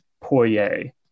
Poirier